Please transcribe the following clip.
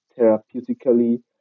therapeutically